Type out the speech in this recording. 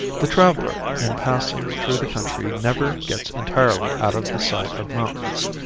the traveler in passing through the country never gets entirely out of the sight of mountains.